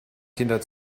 kinder